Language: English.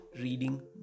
reading